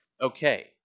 okay